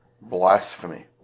blasphemy